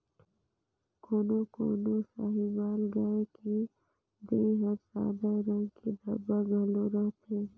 कोनो कोनो साहीवाल गाय के देह हर सादा रंग के धब्बा घलो रहथे